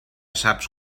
saps